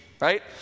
Right